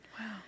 Wow